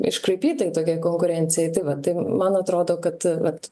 iškraipytai tokia konkurencijai tai vat tai man atrodo kad vat